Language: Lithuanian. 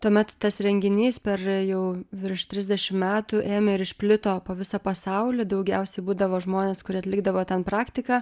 tuomet tas renginys per jau virš trisdešim metų ėmė ir išplito po visą pasaulį daugiausiai būdavo žmonės kurie atlikdavo ten praktiką